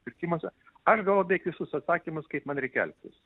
pirkimuose aš gavau beveik visus atsakymus kaip man reikia elgtis